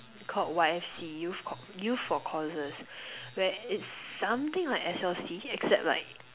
called Y_F_C youth cau~ youth for causes where it's something like S_L_C except like